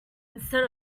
instead